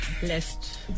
Blessed